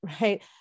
right